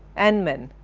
and men,